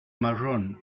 marrón